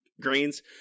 Grains